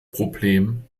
problem